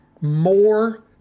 more